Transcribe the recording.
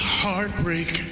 heartbreak